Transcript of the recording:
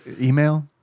Email